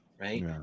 right